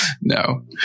No